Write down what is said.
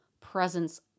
presence